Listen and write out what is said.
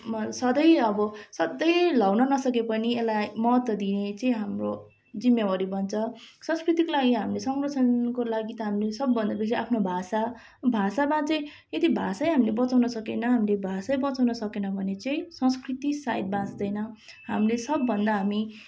मैल सधैँ अब सधैँ लगाउन नसके पनि यसलाई महत्त्व दिने चाहिँ हाम्रो जिम्मेवारी बन्छ संस्कृतिकको लागि हामीले संरक्षणको लागि त हामीले सबभन्दा बेसी आफ्नो भाषा भाषामा चाहिँ यदि भाषै हामीले बचाउन सकेन हामीले भाषै बचाउन सकेन भने चाहिँ संस्कृति सायद बाँच्दैन हामीले सबभन्दा हामी